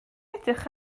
edrych